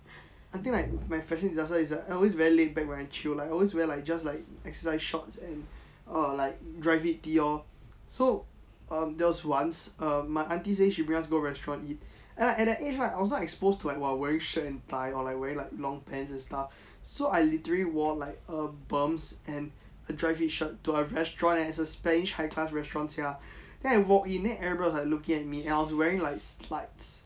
I think like my fashion disaster is like I always lay back when I chill I always wear like just like exercise shorts and err dry fit tee lor so um there was once err my aunty say she bring us go restaurant eat and like at that age right I also like exposed to like wearing shirt and tie or like wearing like long pants and stuff so I literally wore like a berms and a dry fit shirt to a restaurant eh it's a spanish high class restaurant [sial] then I walk in then everybody was like looking at me and I was wearing like slides